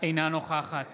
אינה נוכחת